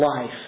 life